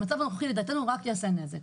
המצב הנוכחי לדעתנו רק יעשה נזק.